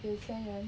有钱人